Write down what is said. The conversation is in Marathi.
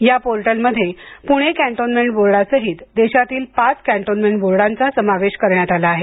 या पोर्टलमध्ये पुणे कॅन्टोन्मेंट बोर्डासहीत देशातील पाच कॅन्टोन्मेंट बोर्डांचा समावेश केला आहे